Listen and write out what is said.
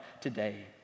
today